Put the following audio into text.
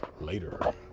Later